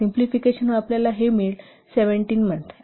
simplification नंतर आपल्याला हे 17 मंथ मिळेल